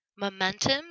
momentum